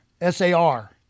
S-A-R